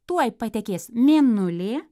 tuoj patekės mėnulė